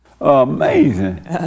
Amazing